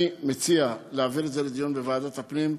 אני מציע להעביר את זה לדיון בוועדת הפנים,